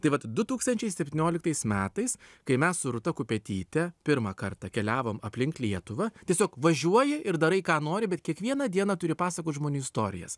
tai vat du tūkstančiai septynioliktais metais kai mes su rūta kupetyte pirmą kartą keliavom aplink lietuvą tiesiog važiuoji ir darai ką nori bet kiekvieną dieną turi pasakot žmonių istorijas